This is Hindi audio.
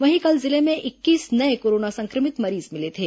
वहीं कल जिले में इक्कीस नये कोरोना संक्रमित मरीज मिले थे